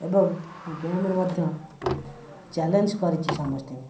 ଏବଂ ଗେମ୍ରେ ମଧ୍ୟ ଚ୍ୟାଲେଞ୍ଜ କରିଛି ସମସ୍ତିଙ୍କୁ